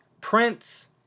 prints